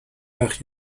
وقت